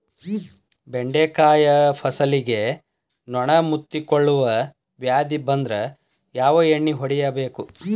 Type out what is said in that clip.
ಬೆಂಡೆಕಾಯ ಫಸಲಿಗೆ ನೊಣ ಮುತ್ತಿಕೊಳ್ಳುವ ವ್ಯಾಧಿ ಬಂದ್ರ ಯಾವ ಎಣ್ಣಿ ಹೊಡಿಯಬೇಕು?